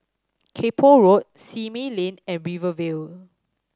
Kay Poh Road Simei Lane and Rivervale